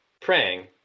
Praying